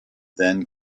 then